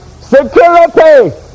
Security